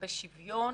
לגבי שוויון.